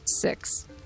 Six